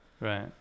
right